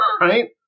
right